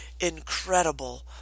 incredible